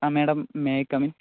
ആ madam may I come in